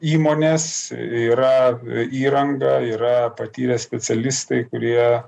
įmonės yra įranga yra patyrę specialistai kurie